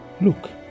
Look